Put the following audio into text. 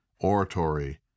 oratory